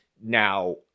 Now